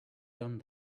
done